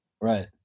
Right